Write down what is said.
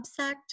subsect